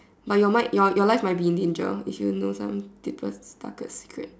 but your might your life might be in danger if you know some deepest darkest secrets